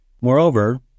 Moreover